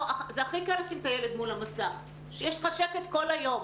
הכי קל לשים את הילד מול המסך, יש לך שקט כל היום.